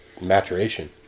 maturation